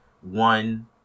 One